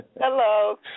Hello